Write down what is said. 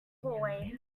hallway